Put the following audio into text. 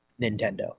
Nintendo